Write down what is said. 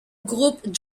groupe